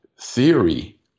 theory